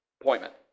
appointment